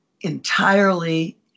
entirely